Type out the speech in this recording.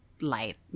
light